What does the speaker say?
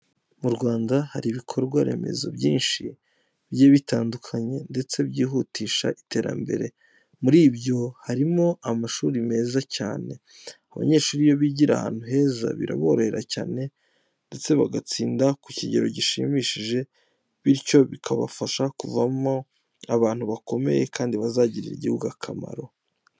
Mu Rwanda hari ibikorwa remezo byinshi bigiye bitandukanye ndetse byihutisha iterambere. Muri byo harimo amashuri meza cyane. Abanyeshuri iyo bigira ahantu heza biraborohera cyane ndetse bagatsinda ku kigero gishimishije, bityo bikabafasha kuvamo abantu bakomeye kandi bazagirira igihugu akamaro.